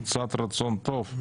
קצת רצון טוב,